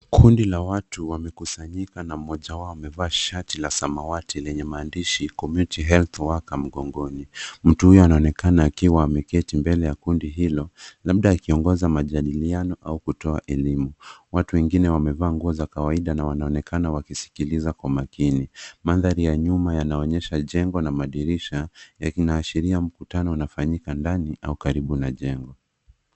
Kundi la watu wamekusanyika na mmoja wao amevaa shati la samawati lenye maandishi community health worker mgongoni. Mtu huyo anaonekana akiwa ameketi mbele ya watu labda akiongeza majadiliano au kutoa elimu. Watu wengine wamevaa nguo za kawaida na wanaonekana kusikiza kwa maakini. Mandhari ya nyuma yanaonyesha jengo na madirisha na inaashiria kuna mkutano unaofanyika ndani au karibu na jengo.